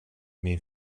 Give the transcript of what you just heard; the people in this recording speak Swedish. min